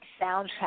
soundtrack